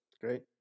Great